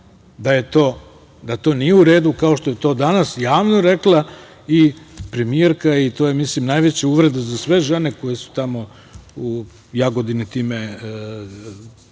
da to nije u redu, kao što je to danas javno rekla i premijerka i to je, mislim, najveća uvreda za sve žene koje su tamo u Jagodini time